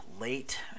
late